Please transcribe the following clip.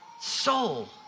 soul